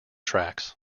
tracks